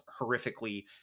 horrifically